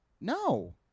No